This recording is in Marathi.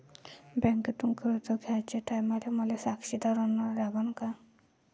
बँकेतून कर्ज घ्याचे टायमाले मले साक्षीदार अन लागन का?